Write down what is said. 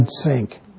sink